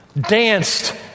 danced